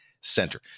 Center